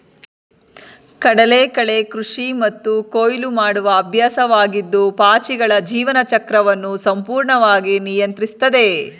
ಕಡಲಕಳೆ ಕೃಷಿ ಮತ್ತು ಕೊಯ್ಲು ಮಾಡುವ ಅಭ್ಯಾಸವಾಗಿದ್ದು ಪಾಚಿಗಳ ಜೀವನ ಚಕ್ರವನ್ನು ಸಂಪೂರ್ಣವಾಗಿ ನಿಯಂತ್ರಿಸ್ತದೆ